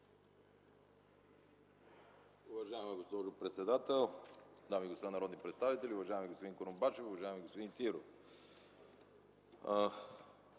Уважаема госпожо председател, дами и господа народни представители, уважаеми господин Курумбашев, уважаеми господин Сидеров!